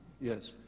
Yes